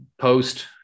post